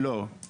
לא,